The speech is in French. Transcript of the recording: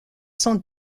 sont